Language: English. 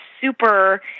super